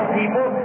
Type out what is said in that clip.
people